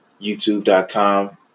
youtube.com